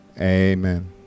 amen